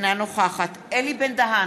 אינה נוכחת אלי בן-דהן,